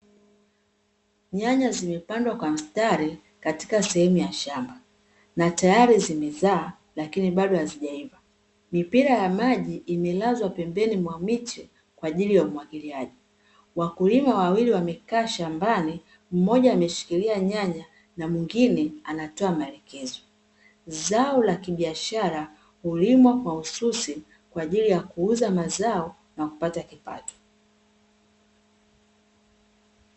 Nyanya zimepandwa kwa mstari na katika sehemu ya shamba na zimeanza kuzaa lakini bado hazijazaa, mipira ya maji imelazwa pembeni mwa miche kwaajili ya umwagiliaji, wakulima ,wawili wamekata shambani na Mmoja ameshukilia nyanya na mwingine anatoka maelekezo. Zao la kibiashara hulimwa kwa husisi kwaajili ya kuuza mazao na kupata kipato .